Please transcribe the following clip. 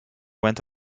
went